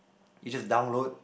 you just download